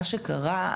מה שקרה,